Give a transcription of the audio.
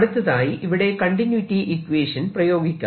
അടുത്തതായി ഇവിടെ continuity equation പ്രയോഗിക്കാം